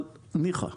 אבל, ניחא.